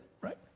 right